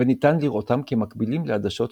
וניתן לראותם כמקבילים לעדשות אופטיות.